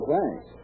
Thanks